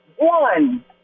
one